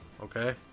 Okay